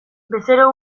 bezero